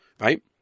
right